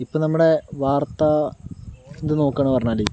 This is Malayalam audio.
ഇപ്പോൾ നമ്മുടെ വാർത്ത ഇത് നോക്കുവാണ് എന്ന് പറഞ്ഞാല്